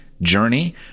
Journey